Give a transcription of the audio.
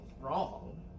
wrong